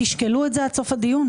תשקלו את זה עד סוף הדיון?